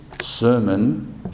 sermon